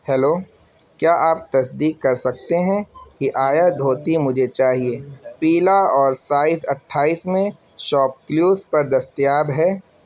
hello کیا آپ تصدیق کر سکتے ہیں کہ آیا دھوتی مجھے چاہیے پیلا اور سائز اٹھائیس میں شاپ کلیوز پر دستیاب ہے